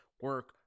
Work